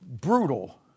brutal